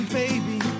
baby